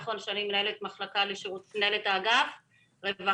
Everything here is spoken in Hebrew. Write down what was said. אמנם אני מנהלת אגף לרווחה,